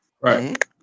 Right